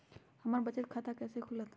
हमर बचत खाता कैसे खुलत?